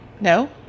No